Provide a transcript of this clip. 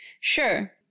Sure